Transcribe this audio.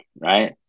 right